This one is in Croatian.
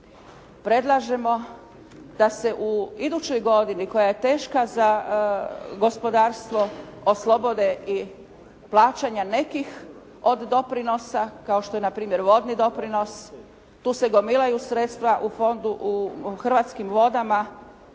Predlažemo da se u idućoj godini koja je teška za gospodarstvo oslobode i plaćanja nekih od doprinosa kao što je na primjer vodni doprinos. Tu se gomilaju sredstva u fondu, u Hrvatskim vodama.